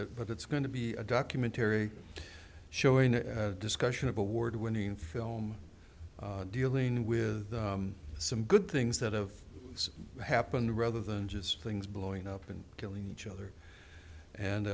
it but it's going to be a documentary showing a discussion of award winning film dealing with some good things that have happened rather than just things blowing up and killing each other and